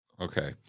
Okay